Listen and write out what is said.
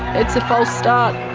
it's a false start.